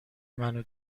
منو